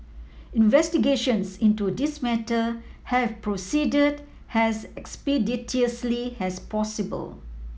investigations into this matter have proceeded as expeditiously as possible